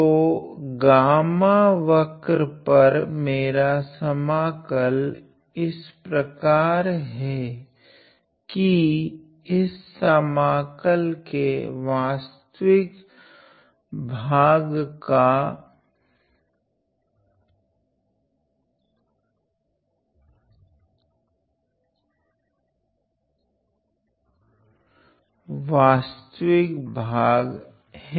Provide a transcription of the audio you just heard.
तो गामा वक्र पर मेरा समाकल इस प्रकार हैं कि इस समाकल के वास्तविक भाग का वास्तविक भाग हैं